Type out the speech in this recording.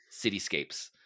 cityscapes